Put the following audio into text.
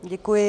Děkuji.